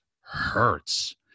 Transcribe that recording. hurts